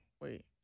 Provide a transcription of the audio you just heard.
wait